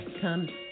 Come